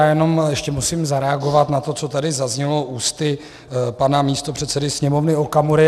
Jenom ještě musím zareagovat na to, co tady zaznělo ústy pana místopředsedy Sněmovny Okamury.